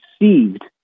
received